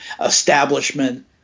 establishment